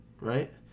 right